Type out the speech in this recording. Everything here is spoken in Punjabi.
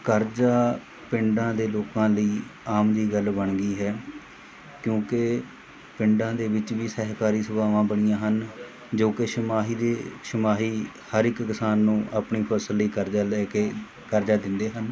ਕਰਜ਼ਾ ਪਿੰਡਾਂ ਦੇ ਲੋਕਾਂ ਲਈ ਆਮ ਜੀ ਗੱਲ ਬਣ ਗਈ ਹੈ ਕਿਉਂਕਿ ਪਿੰਡਾਂ ਦੇ ਵਿੱਚ ਵੀ ਸਹਿਕਾਰੀ ਸਭਾਵਾਂ ਬਣੀਆਂ ਹਨ ਜੋ ਕਿ ਛਮਾਹੀ ਦੇ ਛਮਾਹੀ ਹਰ ਇੱਕ ਕਿਸਾਨ ਨੂੰ ਆਪਣੀ ਫਸਲ ਲਈ ਕਰਜ਼ਾ ਲੈ ਕੇ ਕਰਜ਼ਾ ਦਿੰਦੇ ਹਨ